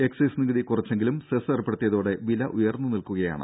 excise നികുതി കുറച്ചെങ്കിലും cess ഏർപ്പെടുത്തിയതോടെ വില ഉയർന്ന് നിൽക്കുകയാണ്